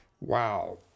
Wow